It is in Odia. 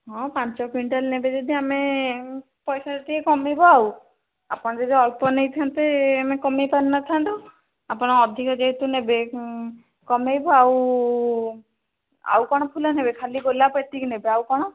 ହଁ ପାଞ୍ଚ କୁଇଣ୍ଟାଲ ନେବେ ଯଦି ଆମେ ପଇସାଟା ଟିକେ କମିବ ଆଉ ଆପଣ ଯଦି ଅଳ୍ପ ନେଇଥାନ୍ତେ ଆମେ କମାଇ ପାରିନଥାନ୍ତୁ ଆପଣ ଅଧିକ ଯେହେତୁ ନେବେ କମାଇବୁ ଆଉ ଆଉ କଣ ଫୁଲ ନେବେ ଖାଲି ଗୋଲାପ ଏତିକି ନେବେ ଆଉ କଣ